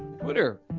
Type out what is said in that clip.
Twitter